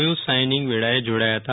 you signing વેળાએ જોડાયા હતા